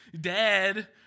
dead